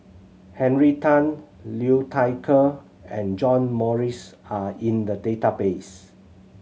Henry Tan Liu Thai Ker and John Morrice are in the database